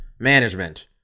management